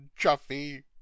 juffy